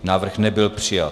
Návrh nebyl přijat.